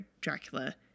Dracula